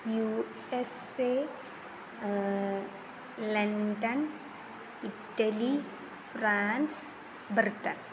U S A London Italy France Britain